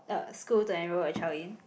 ah school to enrol your child in